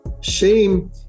Shame